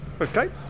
Okay